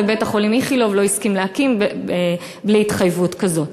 ובית-החולים איכילוב לא הסכים להקים בלי התחייבות כזאת.